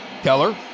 Keller